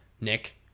Nick